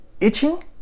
itching